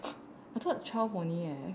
I thought twelve only leh